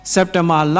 September